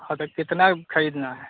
हाँ तो कितना खरीदना है